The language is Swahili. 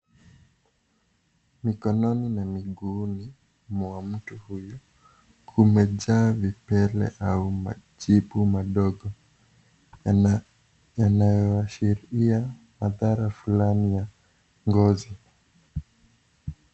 Mikononi na miguuni mwa mtu huyu kumejaa vipele au machipu fulani yanayoashiria madhara fulani ya ngozi.